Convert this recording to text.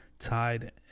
Tied